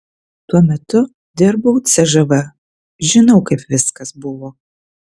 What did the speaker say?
tuo metu dirbau cžv žinau kaip viskas buvo